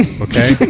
Okay